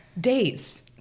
days